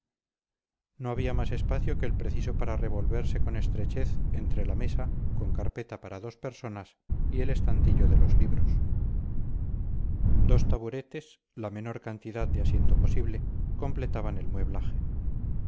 no había más espacio que el preciso para revolverse con estrechez entre la mesa con carpeta para dos personas y el estantillo de los libros dos taburetes la menor cantidad de asiento posible completaban el mueblaje lo demás del